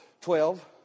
twelve